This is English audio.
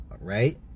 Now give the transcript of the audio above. right